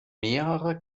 mehrere